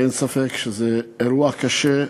אין ספק שזה אירוע קשה.